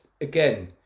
again